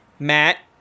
Matt